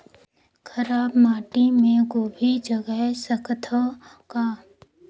खराब माटी मे गोभी जगाय सकथव का?